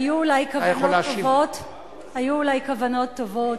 היו אולי כוונות טובות,